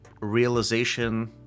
realization